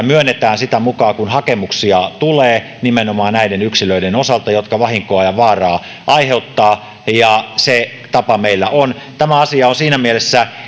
myönnetään sitä mukaa kuin hakemuksia tulee nimenomaan näiden yksilöiden osalta jotka vahinkoa ja vaaraa aiheuttavat ja se tapa meillä on tämä asia on siinä mielessä